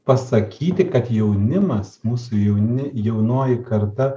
pasakyti kad jaunimas mūsų jauni jaunoji karta